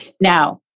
Now